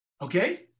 Okay